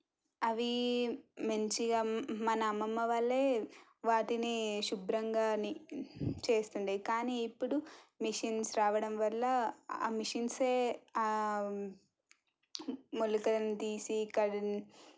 అవీ మంచిగా మన అమ్మమ్మ వాళ్ళే వాటిని శుభ్రంగా నీట్ చేస్తుండే కానీ ఇప్పుడు మెషీన్స్ రావడం వల్ల ఆ మెషీన్సే మొలకలను తీసి కడిగి